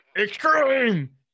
extreme